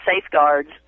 safeguards